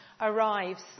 arrives